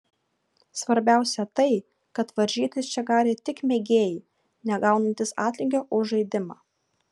svarbiausia tai kad varžytis čia gali tik mėgėjai negaunantys atlygio už žaidimą